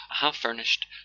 half-furnished